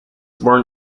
born